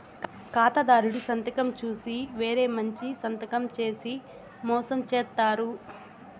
ఖాతాదారుడి సంతకం చూసి వేరే మంచి సంతకం చేసి మోసం చేత్తారు